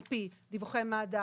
על פי דיווחי מד"א,